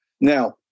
Now